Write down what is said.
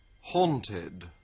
Haunted